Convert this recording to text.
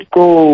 go